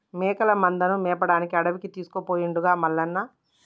మేకల మందను మేపడానికి అడవికి తీసుకుపోయిండుగా మల్లన్న